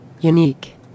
unique